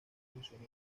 funcionó